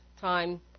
time